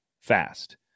fast